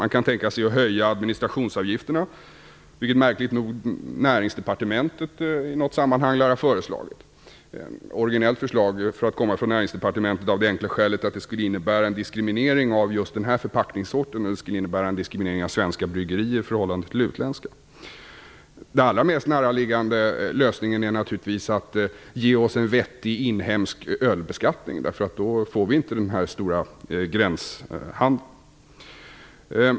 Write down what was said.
Man kan tänka sig att höja administrationsavgifterna, vilket märkligt nog Näringsdepartementet i något sammanhang lär ha föreslagit. Det är ett originellt förslag för att komma från Näringsdepartementet av det enkla skälet att det skulle innebära en diskriminering av just den här förpackningssorten och en diskriminering av svenska bryggerier i förhållande till utländska. Den allra mest närliggande lösningen är naturligtvis att ge oss en vettig inhemsk ölbeskattning, därför att då får vi inte denna stora gränshandel.